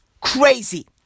crazy